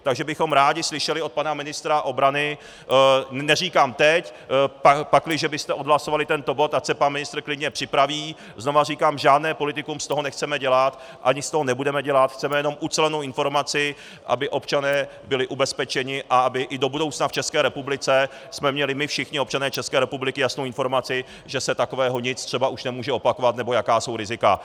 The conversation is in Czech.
Takže bychom rádi slyšeli od pana ministra obrany, neříkám teď, pakliže byste odhlasovali tento bod, ať se pan ministr klidně připraví, znovu říkám, žádné politikum z toho nechceme dělat ani z toho nebudeme dělat, chceme jenom ucelenou informaci, aby občané byli ubezpečeni a abychom i do budoucna v České republice měli my všichni občané České republiky jasnou informaci, že se takového nic třeba už nemůže opakovat, nebo jaká jsou rizika.